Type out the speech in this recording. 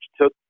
took